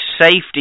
safety